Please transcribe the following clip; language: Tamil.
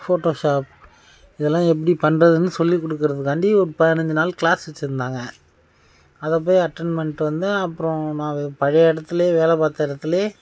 ஃபோட்டோஷாப் இதெல்லா எப்படி பண்ணறதுன்னு சொல்லி கொடுக்குறத்துக்காண்டி ஒரு பதினைஞ்சு நாள் கிளாஸ் வச்சு இருந்தாங்க அதை போய் அட்டென்ட் பண்ணிட்டு வந்தேன் அப்புறம் நான் பழைய இடத்துலேயே வேலை பார்த்த இடத்துலேயே